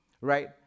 right